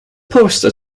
poster